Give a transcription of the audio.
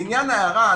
לעניין ההערה.